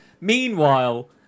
meanwhile